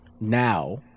now